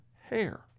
hair